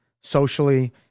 socially